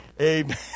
Amen